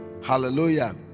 Hallelujah